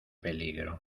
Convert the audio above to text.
peligro